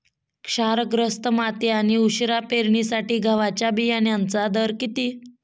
क्षारग्रस्त माती आणि उशिरा पेरणीसाठी गव्हाच्या बियाण्यांचा दर किती?